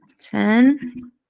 ten